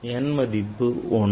n மதிப்பு 1